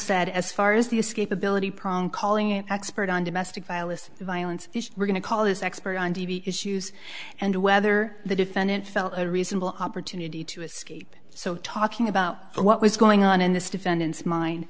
said as far as the escape ability problem calling it expert on domestic violence violence we're going to call this expert on t v issues and whether the defendant felt a reasonable opportunity to escape so talking about what was going on in this defendant's mind